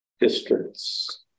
districts